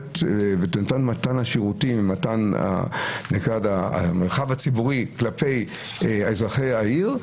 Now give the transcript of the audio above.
ואת מתן השירותים ומתן המרחב הציבורי כלפי אזרחי העיר,